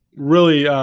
really